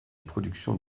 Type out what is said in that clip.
production